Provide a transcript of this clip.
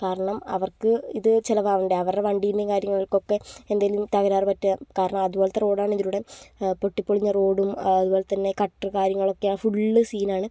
കാരണം അവർക്ക് ഇത് ചിലവാകണ്ടേ അവരുടെ വണ്ടീമേ കാര്യങ്ങൾക്കൊക്കെ എന്തെങ്കിലും തകരാറ് പറ്റുക കാരണം അതുപോലത്തെ റോഡാണ് ഇതിലൂടെ പൊട്ടി പൊളിഞ്ഞ റോഡും അതുപോലെ തന്നെ ഗട്ടർ കാര്യങ്ങളൊക്കെ ഫുള്ള് സീനാണ്